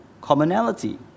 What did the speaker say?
commonality